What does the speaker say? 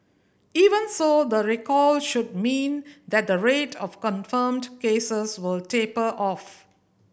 even so the recall should mean that the rate of confirmed cases will taper off